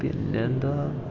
പിന്നെ എന്താ